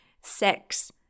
six